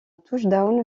touchdown